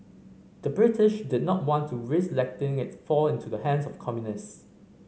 the British did not want to risk letting it's fall into the hands of communists